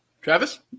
Travis